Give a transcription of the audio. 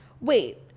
Wait